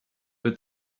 but